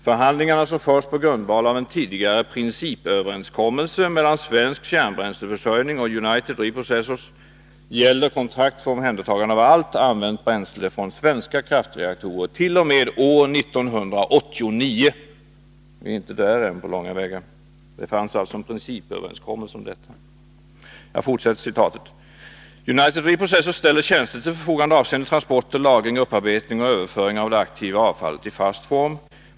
Förhandlingarna, som förs på grundval av en tidigare principöverenskommelse mellan Svensk Kärnbränsleförsörjning och United Reprocessors, gäller kontrakt för omhändertagande av allt använt bränsle från svenska kraftreaktorer t.o.m. år 1989.” Vi är inte där än på långa vägar. Det fanns alltså redan en principöverenskommelse. Jag fortsätter att citera: ”United Reprocessors ställer tjänster till förfogande avseende transporter, lagring, upparbetning och överföring av det aktiva avfallet i fast form.